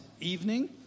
evening